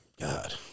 god